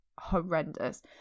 horrendous